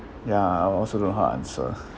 ya I also don't know how to answer